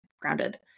grounded